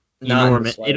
enormous